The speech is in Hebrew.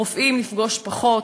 רופאים נפגוש פחות.